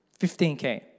15K